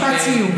משפט סיום,